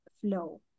flow